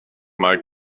mal